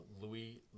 Louis